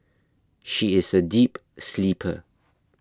she is a deep sleeper